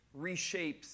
reshapes